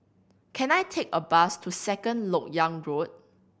can I take a bus to Second Lok Yang Road